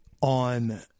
on